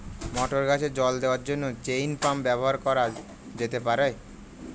মটর গাছে জল দেওয়ার জন্য চেইন পাম্প ব্যবহার করা যেতে পার?